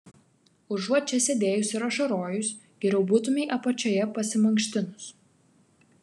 užuot čia sėdėjus ir ašarojus geriau būtumei apačioje pasimankštinus